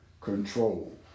control